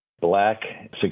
black